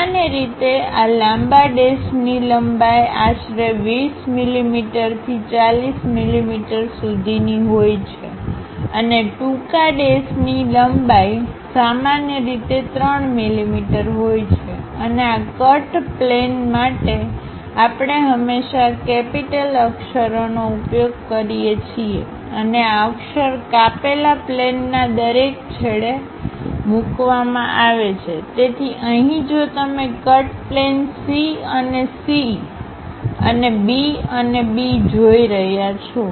સામાન્ય રીતે આ લાંબા ડેશની લંબાઈ આશરે 20 મીમીથી 40 મીમી સુધીની હોય છે અને ટૂંકા ડેશની લંબાઈ સામાન્ય રીતે 3 મીમી હોય છેઅને આ કટ પ્લેન માટે આપણે હંમેશાં કેપિટલ અક્ષરોનો ઉપયોગ કરીએ છીએ અને આ અક્ષર કાપેલા પ્લેનના દરેક છેડે મૂકવામાં આવે છેતેથી અહીં જો તમે કટ પ્લેન C અને C અને B અને B જોઈ રહ્યા છો